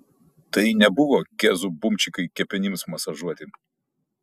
tai nebuvo gezų bumčikai kepenims masažuoti